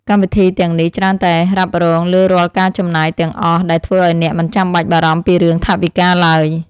កម្មវិធីទាំងនេះច្រើនតែរ៉ាប់រងលើរាល់ការចំណាយទាំងអស់ដែលធ្វើឱ្យអ្នកមិនចាំបាច់បារម្ភពីរឿងថវិកាឡើយ។